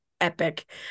epic